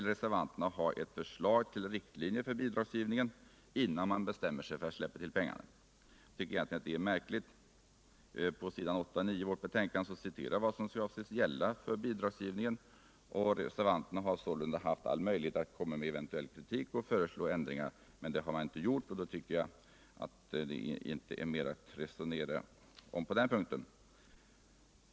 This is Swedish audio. Reservanterna vill här ha ett förslag tull riktlinjer för bidragsgivningen, innan man bestämmer sig för att släppa till pengarna. Detta är märkligt. På s. 8 och 9 i betänkandet citeras vad som avses gälla för bidragsgivningen. Reservanterna har sålunda haft all möjlighet att komma med eventuell kritik och föreslå ändringar. Det har de dock inte gjort, och då tycker jag att det inte finns mycket att resonera om på den punkten.